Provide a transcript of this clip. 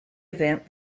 event